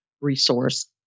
resource